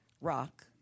rock